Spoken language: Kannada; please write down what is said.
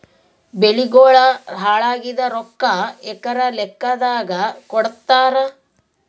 ಬೆಳಿಗೋಳ ಹಾಳಾಗಿದ ರೊಕ್ಕಾ ಎಕರ ಲೆಕ್ಕಾದಾಗ ಕೊಡುತ್ತಾರ?